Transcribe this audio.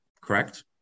Correct